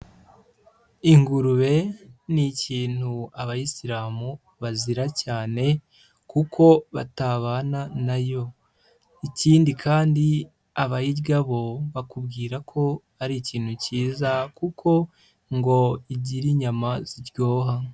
Ingurube ni ikintu abayisilamu bazira cyane kuko batabana na yo. Ikindi kandi abayirya bo bakubwira ko ari ikintu cyiza kuko ngo igira inyama ziryoha.